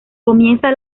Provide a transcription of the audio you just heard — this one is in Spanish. comienza